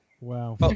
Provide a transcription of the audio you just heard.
Wow